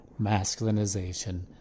masculinization